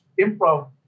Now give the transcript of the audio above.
improv